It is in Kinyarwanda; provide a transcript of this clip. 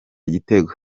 gitego